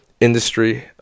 industry